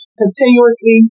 continuously